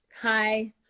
hi